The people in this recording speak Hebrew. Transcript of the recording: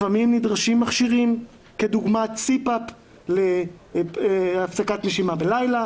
לפעמים נדרשים מכשירים כדוגמת סיפאפ להפסקת נשימה בלילה,